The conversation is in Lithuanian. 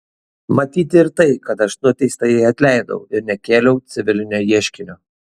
matyti ir tai kad aš nuteistajai atleidau ir nekėliau civilinio ieškinio